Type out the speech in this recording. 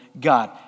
God